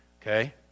Okay